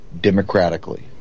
democratically